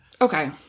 Okay